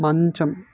మంచం